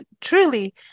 truly